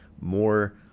more